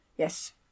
Yes